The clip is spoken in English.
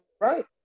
right